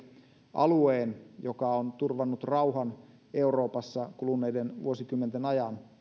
alueen joka on turvannut rauhan euroopassa kuluneiden vuosikymmenten ajan